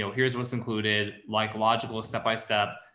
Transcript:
so here's, what's included like logical step-by-step.